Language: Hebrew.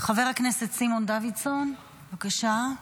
חבר הכנסת סימון דוידסון, בבקשה,